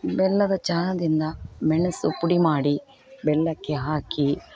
ಬೆಲ್ಲದ ಚಹಾದಿಂದ ಮೆಣಸು ಪುಡಿ ಮಾಡಿ ಬೆಲ್ಲಕ್ಕೆ ಹಾಕಿ